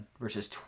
verses